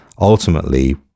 ultimately